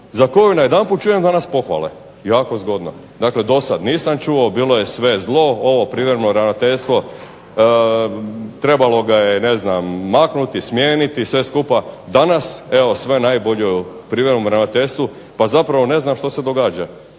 za koju najedanput danas čujem pohvale, jako zgodno. Dakle, do sada nisam čuo bilo je sve zlo, ovo privremeno ravnateljstvo trebalo ga je maknuti, smijeniti sve skupa. Danas evo sve najbolje o privremenom ravnateljstvu, pa zapravo ne znam što se događa.